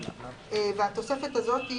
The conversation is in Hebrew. התוספת הזאת,